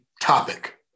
topic